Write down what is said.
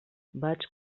vaig